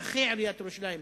פקחי עיריית ירושלים?